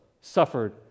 suffered